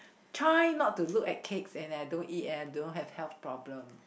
try not to look at cakes and I don't eat and I don't have health problems